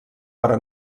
però